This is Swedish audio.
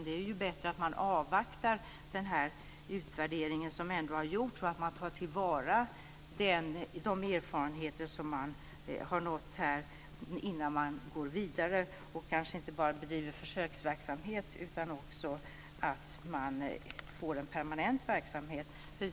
Det är bättre att man avvaktar utvärderingen som har gjorts och att man tar till vara de erfarenheter som har uppnåtts innan man går vidare och kanske inte bara bedriver försöksverksamhet utan också skapar en permanent verksamhet.